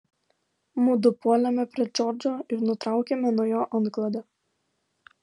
mudu puolėme prie džordžo ir nutraukėme nuo jo antklodę